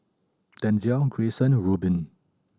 Denzell Greyson Rubin